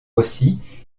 aussi